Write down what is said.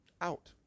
out